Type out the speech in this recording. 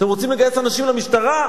אתם רוצים לגייס אנשים למשטרה?